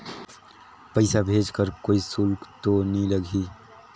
पइसा भेज कर कोई शुल्क तो नी लगही?